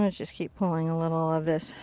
um just keep pulling a little of this.